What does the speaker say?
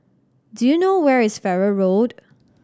do you know where is Farrer Road